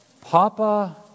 Papa